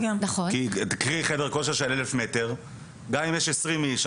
גם אם יש 20 איש,